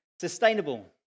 sustainable